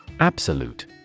Absolute